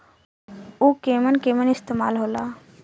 उव केमन केमन इस्तेमाल हो ला?